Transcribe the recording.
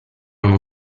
uno